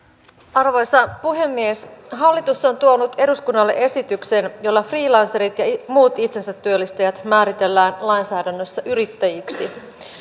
arvoisa puhemies hallitus on tuonut eduskunnalle esityksen jolla freelancerit ja muut itsensä työllistäjät määritellään lainsäädännössä yrittäjiksi